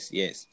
yes